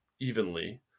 evenly